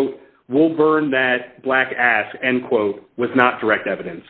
we will burn that black ass and quote was not direct evidence